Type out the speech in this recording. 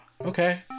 okay